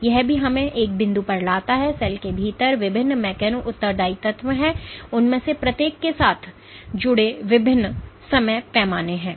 तो यह भी हमें एक बिंदु पर लाता है कि सेल के भीतर विभिन्न मैकेनो उत्तरदायी तत्व हैं और उनमें से प्रत्येक के साथ जुड़े विभिन्न समय पैमाने हैं